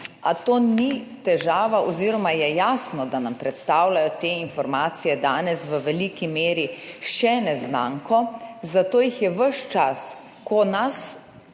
a to ni težava oziroma je jasno, da nam predstavljajo te informacije danes v veliki meri še neznanko, zato je ves čas, ko nas